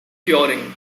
curing